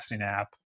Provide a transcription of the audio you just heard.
app